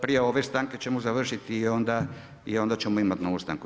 Prije ove stanke ćemo završiti i onda ćemo imati novu stanku.